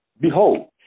behold